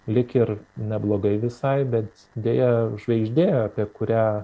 lyg ir neblogai visai bet deja žvaigždė apie kurią